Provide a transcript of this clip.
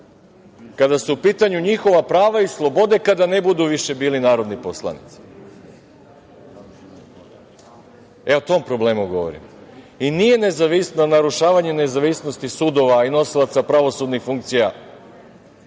kada su u pitanju njihova prava i slobode, kada ne budu više bili narodni poslanici. E o tom problemu govorim. Nije narušavanje nezavisnosti sudova i nosilaca pravosudnih funkcija